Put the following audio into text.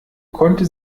konnte